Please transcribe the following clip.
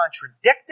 contradicted